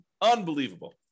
Unbelievable